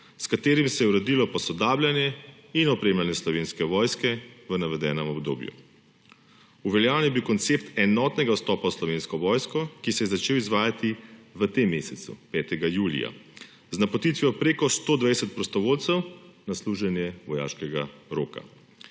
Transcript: s katerim se je uredilo posodabljanje in opremljanje Slovenske vojske v navedenem obdobju. Uveljavljen je bil koncept enotnega vstopa v Slovensko vojsko, ki se je začel izvajati v tem mesecu, 5. julija, z napotitvijo prek 120 prostovoljcev na služenje vojaškega roka.